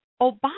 Obama